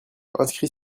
inscrit